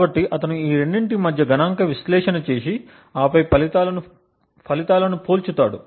కాబట్టి అతను ఈ రెండింటి మధ్య గణాంక విశ్లేషణ చేసి ఆపై ఫలితాలను పోల్చుతాడు